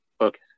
Okay